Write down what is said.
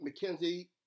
McKenzie